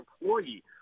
employee